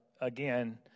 again